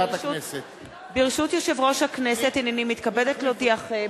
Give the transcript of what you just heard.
ברשות יושב-ראש הכנסת, הנני מתכבדת להודיעכם,